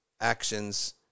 actions